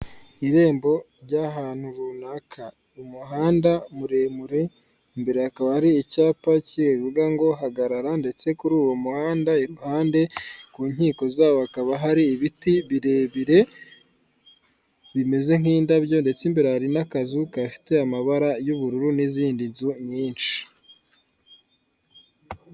Irembo ry'ahantu runaka umuhanda muremure imbere hakaba ari icyapa kivuga ngo hagarara ndetse kuri uwo muhanda iruhande ku nkiko zawo hakaba hari ibiti birebire bimeze nk'indabyo ndetse imbere hari n'akazu kahafite amabara y'ubururu n'izindi nzu nyinshi.